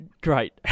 Great